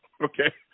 Okay